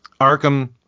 Arkham